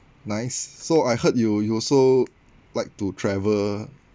nice so I heard you you also like to travel